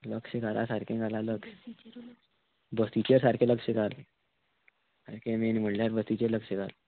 लक्ष घाला सारकें घालां लक्ष बसीचे सारकें लक्ष घाल सारकें मेन म्हणल्यार बसीचें लक्ष घाल